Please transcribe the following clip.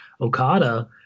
Okada